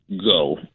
go